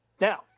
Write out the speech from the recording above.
Now